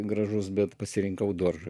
gražus bet pasirinkau dožą